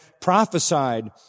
prophesied